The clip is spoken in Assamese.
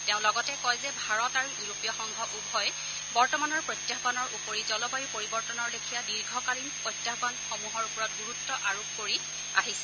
তেওঁ লগতে কয় যে ভাৰত আৰু ইউৰোপীয় সংঘ উভয় বৰ্তমানৰ প্ৰত্যাহবানৰ উপৰি জলবায়ু পৰিৱৰ্তনৰ লেখীয়া দীৰ্ঘকালীন প্ৰত্যাহবানসমূহৰ ওপৰত গুৰুত্ব আৰোপ কৰি আহিছে